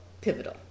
pivotal